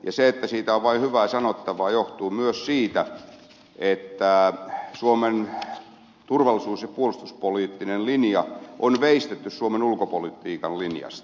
ja se että siitä on vain hyvää sanottavaa johtuu myös siitä että suomen turvallisuus ja puolustuspoliittinen linja on veistetty suomen ulkopolitiikan linjasta